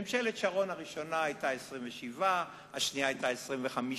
ממשלת שרון הראשונה היתה 27, השנייה היתה 25,